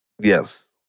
Yes